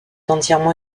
entièrement